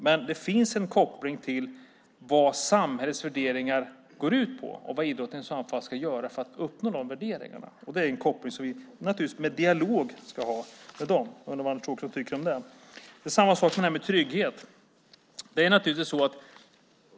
Men det finns en koppling till vad samhällets värderingar går ut på och vad idrotten ska göra för att uppnå de värderingarna. Det är en koppling som vi naturligtvis ska ta upp i dialog med dem. Jag undrar vad Anders Åkesson tycker om det. Samma sak gäller tryggheten.